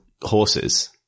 horses